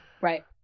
Right